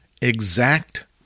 Exact